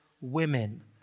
women